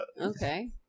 Okay